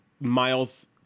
miles